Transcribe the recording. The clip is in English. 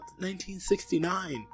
1969